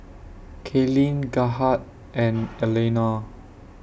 Kaelyn Gerhardt and Eleanore